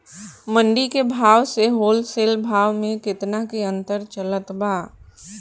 मंडी के भाव से होलसेल भाव मे केतना के अंतर चलत बा?